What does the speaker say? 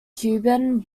cuban